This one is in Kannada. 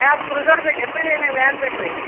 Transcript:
ಯಾವ್ದು ಕ್ರುಜರ್ ಬೇಕೇನು ರೀ ಇನಿ ವ್ಯಾನ್ ಬೇಕು ರೀ